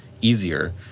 easier